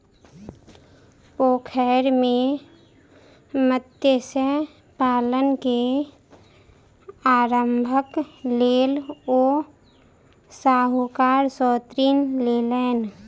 पोखैर मे मत्स्य पालन के आरम्भक लेल ओ साहूकार सॅ ऋण लेलैन